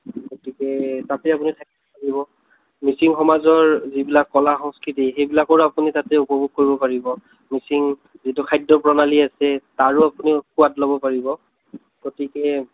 গতিকে তাতে আপুনি থাকিব মিচিং সমাজৰ যিবিলাক ক'লা সংস্কৃতি সেইবিলাকৰো তাতে আপুনি উপভোগ কৰিব পাৰিব মিচিং যিটো খাদ্য প্ৰণালী আছে তাৰো আপুনি সোৱাদ ল'ব পাৰিব গতিকে